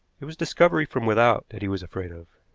it was discovery from without that he was afraid of.